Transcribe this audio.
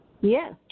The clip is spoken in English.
Yes